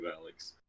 Alex